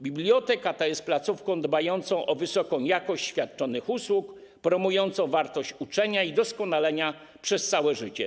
Biblioteka ta jest placówką dbającą o wysoką jakość świadczonych usług, promującą wartość uczenia i doskonalenia przez całe życie.